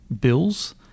bills